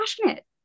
passionate